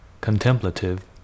contemplative